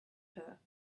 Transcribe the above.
her